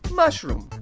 mushroom.